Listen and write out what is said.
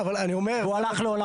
הוא הלך לעולמו.